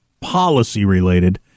policy-related